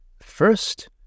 First